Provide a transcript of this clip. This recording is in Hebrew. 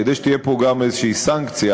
כדי שתהיה פה גם איזושהי סנקציה,